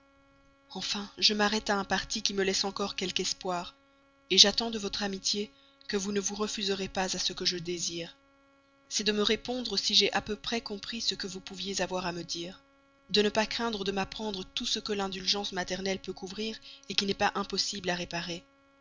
enfin je m'arrête à un parti qui me laisse encore quelque espoir j'attends de votre amitié que vous ne vous refuserez pas à ma prière c'est de me répondre si j'ai à peu près compris ce que vous pouviez avoir à me dire de ne pas craindre de m'apprendre tout ce que l'indulgence maternelle peut couvrir qui n'est pas impossible à réparer